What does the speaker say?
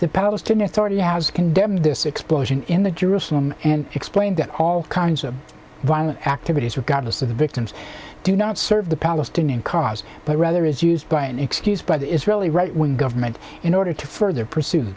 the palestinian authority has condemned this explosion in the jerusalem and explained that all kinds of violent activities regardless of the victims do not serve the palestinian cause but rather is used by an excuse by the israeli right when the meant in order to further pursue